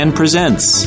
presents